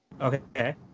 Okay